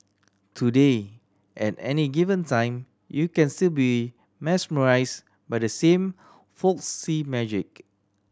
today at any given time you can still be mesmerised by the same folksy magic